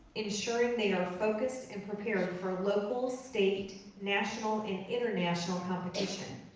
ensuring they are focused and prepared for local, state, national and international competition.